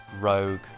Rogue